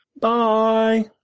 Bye